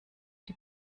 die